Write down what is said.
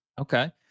Okay